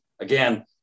again